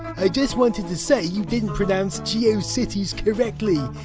i just wanted to say, you didn't pronounce geocities correctly.